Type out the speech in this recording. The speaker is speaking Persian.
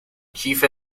کیف